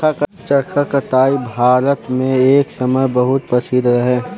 चरखा कताई भारत मे एक समय बहुत प्रसिद्ध रहे